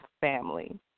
family